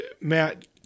Matt